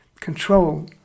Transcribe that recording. control